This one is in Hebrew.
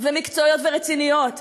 מקצועיות ורציניות,